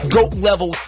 Goat-level